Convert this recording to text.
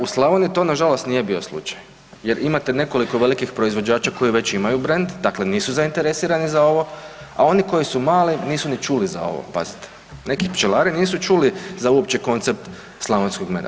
U Slavoniji to nažalost nije bio slučaj jer imate nekoliko velikih proizvođača koji već imaju brend dakle nisu zainteresirani za ovo, a oni koji su mali nisu ni čuli za ovo pazite, neki pčelari nisu čuli za uopće koncept slavonskog meda.